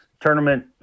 tournament